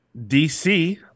DC